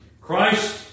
Christ